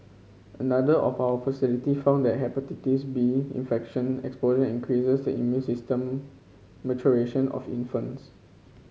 another of our facility found that Hepatitis B infection exposure increases immune system maturation of infants